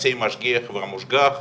יחסי משגיח-מושגח,